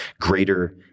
greater